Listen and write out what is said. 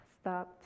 stopped